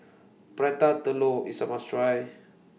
Prata Telur IS A must Try